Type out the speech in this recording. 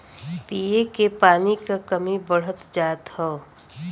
पिए के पानी क कमी बढ़्ते जात हौ